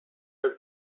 her